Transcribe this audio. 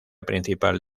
principal